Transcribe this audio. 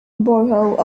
borough